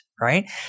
right